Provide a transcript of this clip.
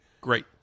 Great